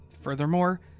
Furthermore